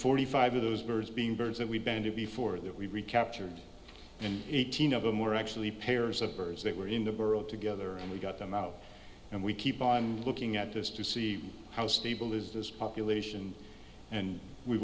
forty five of those birds being birds that we banded before that we recaptured and eighteen of them were actually pairs of birds that were in the world together and we got them out and we keep on looking at this to see how stable is this population and we